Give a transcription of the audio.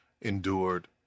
endured